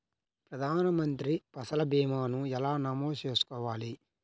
ప్రధాన మంత్రి పసల్ భీమాను ఎలా నమోదు చేసుకోవాలి?